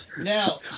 now